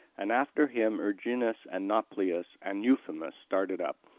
and after him erginus and nauplius and euphemus started up,